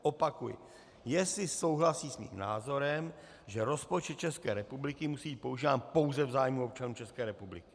Opakuji, jestli souhlasí s mým názorem, že rozpočet České republiky musí být používán pouze v zájmu občanů České republiky.